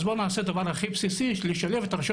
אז בואו נעשה את הדבר הכי בסיסי ונשלב את הרשויות